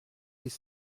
des